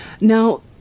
Now